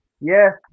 Yes